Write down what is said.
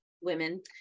women